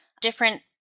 different